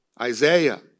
Isaiah